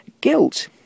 guilt